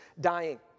dying